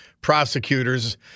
prosecutors